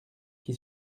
qui